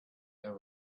there